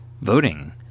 voting